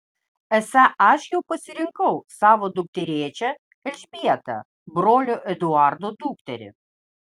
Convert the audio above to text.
esą aš jau pasirinkau savo dukterėčią elžbietą brolio eduardo dukterį